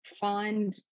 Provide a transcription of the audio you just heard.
find